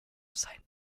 sight